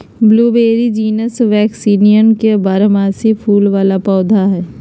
blueberry genus Vaccinium के बारहमासी फूल वला पौधा हइ